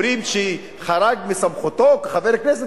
אומרים ש"חרג מסמכותו כחבר כנסת".